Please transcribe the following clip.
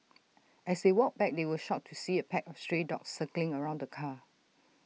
as they walked back they were shocked to see A pack of stray dogs circling around the car